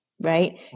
right